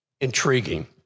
intriguing